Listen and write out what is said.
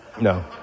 No